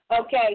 okay